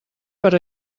per